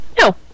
no